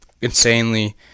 insanely